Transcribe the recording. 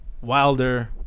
Wilder